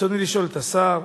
רצוני לשאול את השר: